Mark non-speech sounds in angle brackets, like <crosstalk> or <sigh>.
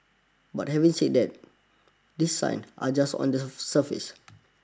but having said that these signs are just on the <hesitation> surface